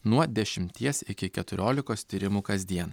nuo dešimties iki keturiolikos tyrimų kasdien